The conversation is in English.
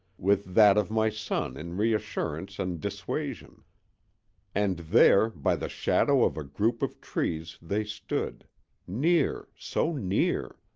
with that of my son in reassurance and dissuasion and there by the shadow of a group of trees they stood near, so near!